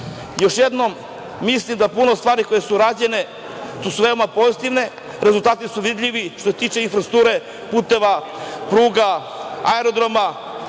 jednom, mislim da puno stvari koje su rađene, su veoma pozitivne, rezultati su vidljivi što se tiče infrastrukture, puteva, pruga, aerodroma,